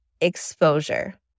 exposure